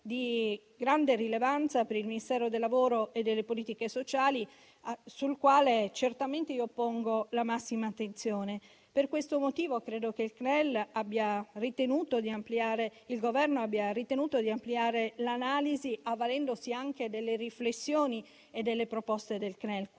di grande rilevanza per il Ministero del lavoro e delle politiche sociali, sulla quale certamente pongo la massima attenzione. Per questo motivo credo che il Governo abbia ritenuto di ampliare l'analisi, avvalendosi anche delle riflessioni e delle proposte del CNEL.